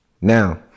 Now